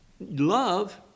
Love